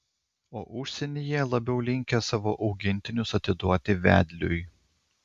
o užsienyje labiau linkę savo augintinius atiduoti vedliui